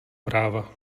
práva